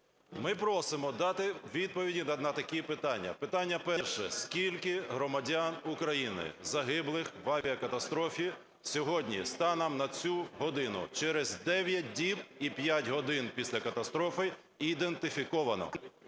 Ми просимо дати відповіді на такі питання. Питання перше. Скільки громадян України загиблих в авіакатастрофі сьогодні, станом на цю годину – через 9 діб і 5 годин після катастрофи ідентифіковано?